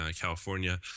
California